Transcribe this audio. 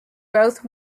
both